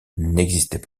n’existait